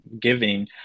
giving